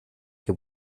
que